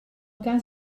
cas